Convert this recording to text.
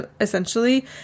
essentially